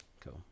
cool